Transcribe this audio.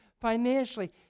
financially